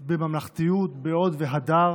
בממלכתיות, בהוד והדר.